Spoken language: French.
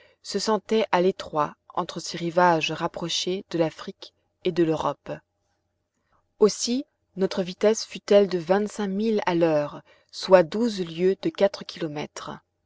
se sentait à l'étroit entre ces rivages rapprochés de l'afrique et de l'europe aussi notre vitesse fut-elle de vingt-cinq milles à l'heure soit douze lieues de quatre kilomètres